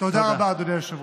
תודה רבה, אדוני היושב-ראש.